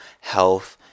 health